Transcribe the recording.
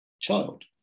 child